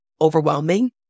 overwhelming